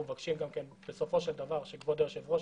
אנחנו מבקשים שבסופו שלד דבר כבוד היושב ראש